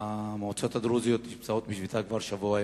המועצות הדרוזיות בשביתה כבר שבוע ימים.